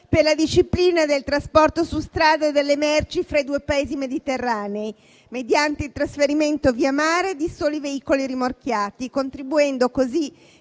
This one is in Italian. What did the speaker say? per la disciplina del trasporto su strada delle merci fra i due Paesi mediterranei, mediante il trasferimento via mare di soli veicoli rimorchiati, contribuendo così